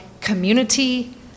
community